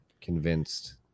convinced